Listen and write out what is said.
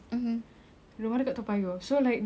the floor kan it's not like the straight